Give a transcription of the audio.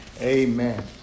Amen